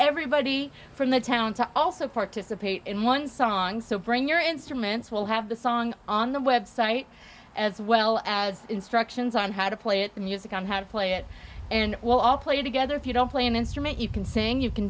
everybody from the town to also participate in one song so bring your instruments will have the song on the website as well as instructions on how to play it music on how to play it and will all play together if you don't play an instrument you can sing you can